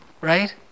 Right